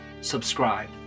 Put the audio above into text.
subscribe